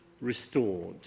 restored